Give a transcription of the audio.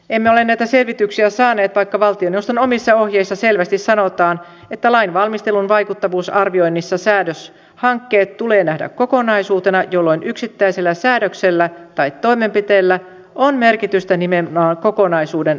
emme ole näitä selvityksiä saaneet vaikka valtioneuvoston omissa ohjeissa selvästi sanotaan että lainvalmistelun vaikuttavuusarvioinnissa säädöshankkeet tulee nähdä kokonaisuutena jolloin yksittäisellä säädöksellä tai toimenpiteellä on merkitystä nimenomaan kokonaisuuden osana